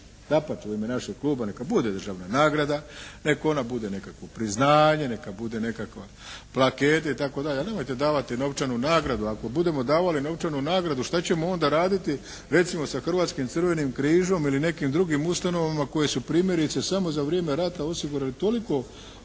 dapače u ime našeg kluba neka bude državna nagrada, nek ona bude nekakvo priznanje, neka bude nekakva plaketa itd., ali nemojte davati novčanu nagradu, ako budemo davali novčanu nagradu šta ćemo onda raditi recimo sa Hrvatskim crvenim križom ili nekim drugim ustanovama koje su primjerice samo za vrijeme rata osigurali toliko hrane